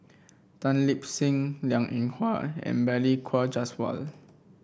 Tan Lip Seng Liang Eng Hwa and Balli Kaur Jaswal